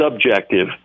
subjective